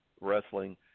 wrestling